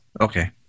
Okay